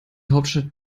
hauptstadt